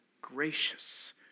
gracious